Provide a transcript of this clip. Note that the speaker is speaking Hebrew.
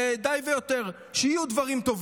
חבר הכנסת שירי.